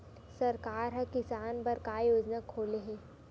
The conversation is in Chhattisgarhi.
सरकार ह किसान बर का योजना खोले हे?